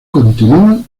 continúan